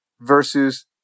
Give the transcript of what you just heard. versus